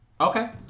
Okay